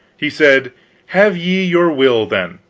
he said have ye your will, then,